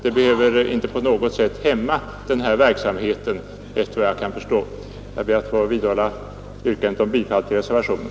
Detta behöver inte på något sätt hämma denna verksamhet efter vad jag kan förstå. Jag vidhåller mitt yrkande om bifall till reservationen.